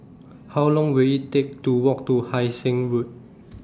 How Long Will IT Take to Walk to Hai Sing Road